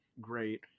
great